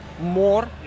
more